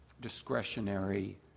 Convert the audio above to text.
discretionary